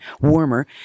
warmer